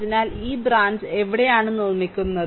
അതിനാൽ ഈ ബ്രാഞ്ച് എവിടെയാണ് നിർമ്മിക്കുന്നത്